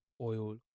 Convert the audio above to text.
oil